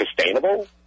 sustainable